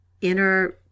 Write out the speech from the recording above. inner